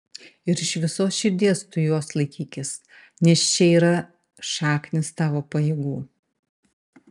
ir iš visos širdies tu jos laikykis nes čia yra šaknys tavo pajėgų